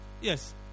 Yes